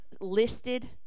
listed